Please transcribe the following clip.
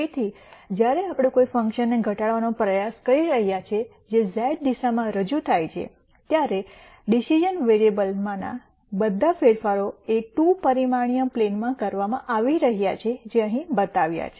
તેથી જ્યારે આપણે કોઈ ફંકશનને ઘટાડવાનો પ્રયાસ કરી રહ્યા છીએ જે z દિશામાં રજૂ થાય છે ત્યારે ડિસિઝન વેરીએબલ્સમાંના બધા ફેરફારો એ₂ પરિમાણીય પ્લેન માં કરવામાં આવી રહ્યા છે જે અહીં બતાવ્યા છે